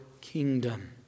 kingdom